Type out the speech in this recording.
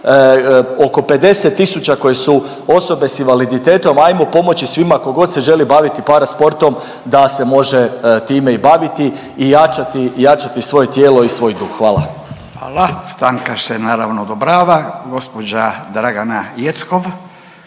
oko 50 tisuća koje su osobe s invaliditetom ajmo pomoći svima tko god se želi baviti parasportom da se može time i baviti i jačati, jačati svoje tijelo i svoj duh. Hvala. **Radin, Furio (Nezavisni)** Hvala, stanka se naravno odobrava. Gospođa Dragana Jeckov.